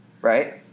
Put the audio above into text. Right